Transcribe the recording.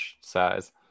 size